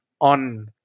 on